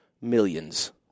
millions